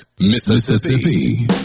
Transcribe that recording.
Mississippi